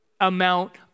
amount